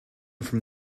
from